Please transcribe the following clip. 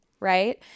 right